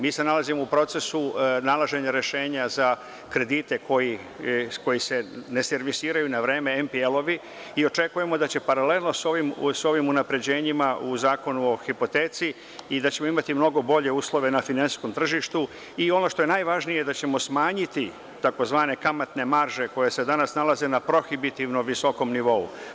Mi se nalazimo u procesu nalaženja rešenja za kredite koji se ne servisiraju na vreme, IMPL, i očekujemo da će paralelno sa ovim unapređenjima u Zakonuo hipoteci i da ćemo imati mnogo bolje uslove na finansijskom tržištu i ono što je najvažnije, da ćemo smanjiti tzv. „kamatne marže“ koje se danas nalaze na prohibitivno visokom nivou.